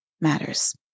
matters